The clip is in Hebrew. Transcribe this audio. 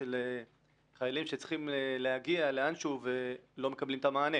של חיילים שצריכים להגיע לאן שהוא ולא מקבלים את המענה.